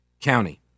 county